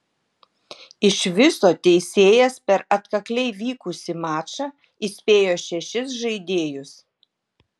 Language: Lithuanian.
iš viso teisėjas per atkakliai vykusį mačą įspėjo šešis žaidėjus